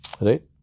Right